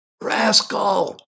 Rascal